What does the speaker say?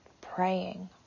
praying